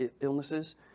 illnesses